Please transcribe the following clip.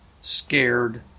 scared